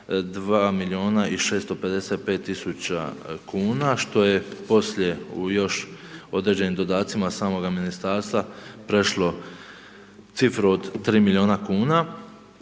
2 milijuna i 655 000 kuna što je poslije u još određenim dodacima samoga ministarstva prešlo cifru od 3 milijuna kuna.